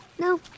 No